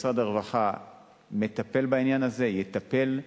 משרד הרווחה מטפל בעניין הזה, יטפל,